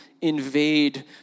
invade